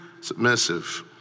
submissive